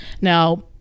Now